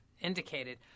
indicated –